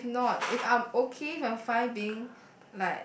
but if not if I am okay if I am fine being